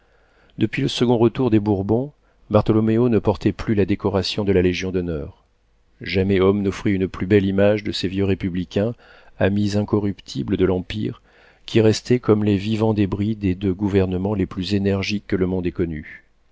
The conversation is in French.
depuis le second retour des bourbons bartholoméo ne portait plus la décoration de la légion-d'honneur jamais homme n'offrit une plus belle image de ces vieux républicains amis incorruptibles de l'empire qui restaient comme les vivants débris des deux gouvernements les plus énergiques que le monde ait connus